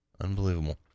Unbelievable